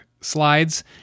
slides